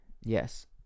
yes